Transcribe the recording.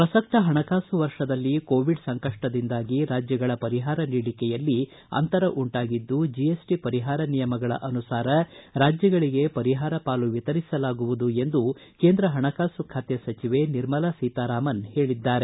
ಪ್ರಸಕ್ತ ಹಣಕಾಸು ವರ್ಷದಲ್ಲಿ ಕೋವಿಡ್ ಸಂಕಷ್ಷದಿಂದಾಗಿ ರಾಜ್ಯಗಳ ಪರಿಹಾರ ನೀಡಿಕೆಯಲ್ಲಿ ಅಂತರ ಉಂಟಾಗಿದ್ದು ಜೆಎಸ್ಟಿ ಪರಿಹಾರ ನಿಯಮಗಳ ಅನುಸಾರ ರಾಜ್ಯಗಳಿಗೆ ಪರಿಹಾರ ಪಾಲು ವಿತರಿಸಲಾಗುವುದು ಎಂದು ಕೇಂದ್ರ ಪಣಕಾಸು ಖಾತೆ ಸಚಿವೆ ನಿರ್ಮಲಾ ಸೀತಾರಾಮನ್ ಹೇಳಿದ್ದಾರೆ